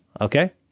Okay